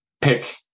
pick